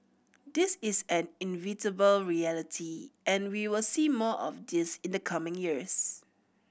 this is an reality and we will see more of this in the coming years